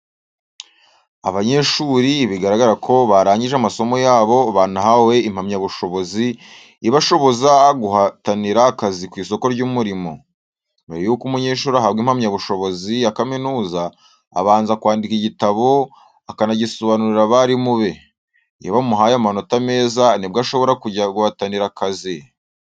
Abanyeshuri bigaragara ko barangije amasomo yabo banahawe impamyabushobozi ibashoboza guhatanira akazi ku isoko ry'umurimo. Mbere y'uko umunyeshuri ahabwa impamyabushobozi ya kaminuza, abanza kwandika igitabo akanagisobanurira abarimu be, iyo bamuhaye amanota meza nibwo ashobora kujya guhatanira akazi.